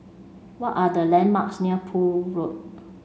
what are the landmarks near Poole Road